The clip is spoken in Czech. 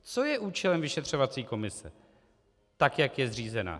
Co je účelem vyšetřovací komise, tak jak je zřízena.